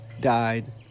died